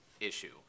issue